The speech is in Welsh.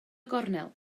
gornel